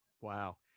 wow